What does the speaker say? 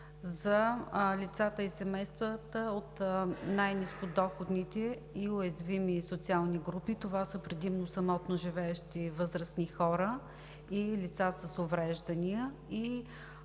за лицата и семействата от най-нискодоходните и уязвими социални групи. Това са предимно самотно живеещи възрастни хора и лица с увреждания.